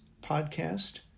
podcast